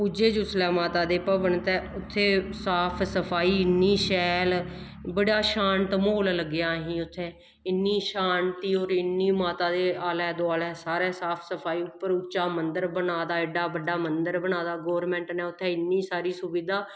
पुज्जे जिसलै माता दे भवन ते उत्थें साफ सफाई इन्नी शैल बड़ा शांत म्हौल लग्गेआ असेंगी उत्थें इन्नी शांति होर इन्नी माता दे आलै दोआलै सारै साफ सफाई उप्पर उच्चा मन्दर बने दा एड्डा बड्डा मन्दर बना दा गौरमैंट ने उत्थें इन्नी सारी सुविधा